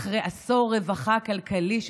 אחרי עשור של רווחה כלכלית,